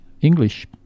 English